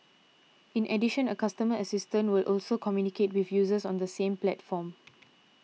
in addition a customer assistant will also communicate with users on the same platforms